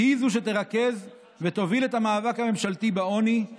שהיא זו שתרכז ותוביל את המאבק הממשלתי בעוני,